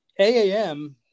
AAM